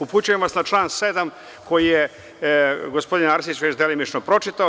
Upućujem vas na član 7. koji je gospodin Arsić već delimično pročitao.